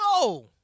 No